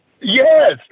Yes